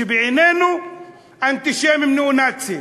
כשבעינינו הם אנטישמים ניאו-נאצים.